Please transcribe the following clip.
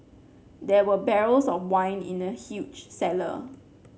there were barrels of wine in the huge cellar